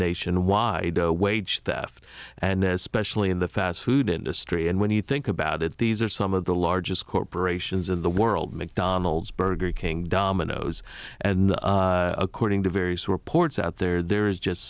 nationwide to wage theft and especially in the fast food industry and when you think about it these are some of the largest corporations in the world mcdonald's burger king domino's and according to various reports out there there is just